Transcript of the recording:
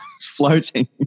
floating